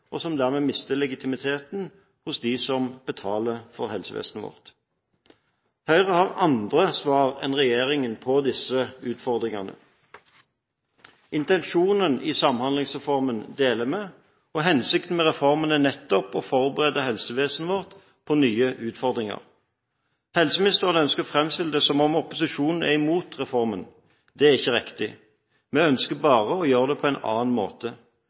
og som dermed mister legitimitet hos dem som betaler for helsevesenet vårt. Høyre har andre svar enn regjeringen på disse utfordringene. Intensjonene i Samhandlingsreformen deler vi, og hensikten med reformen er nettopp å forberede helsevesenet vårt på nye utfordringer. Helseministeren ønsker å framstille det som om opposisjonen er imot reformen. Det er ikke riktig. Vi ønsker bare å gjøre det på en annen måte.